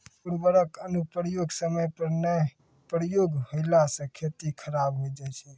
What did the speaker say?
उर्वरक अनुप्रयोग समय पर नाय प्रयोग होला से खेती खराब हो जाय छै